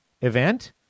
event